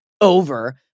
over